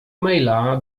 maila